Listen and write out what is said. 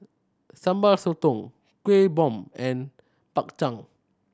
Sambal Sotong Kuih Bom and Bak Chang